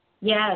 Yes